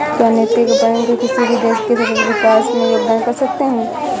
क्या नैतिक बैंक किसी भी देश के सतत विकास में योगदान कर सकते हैं?